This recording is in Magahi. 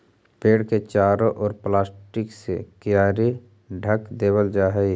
पेड़ के चारों ओर प्लास्टिक से कियारी ढँक देवल जा हई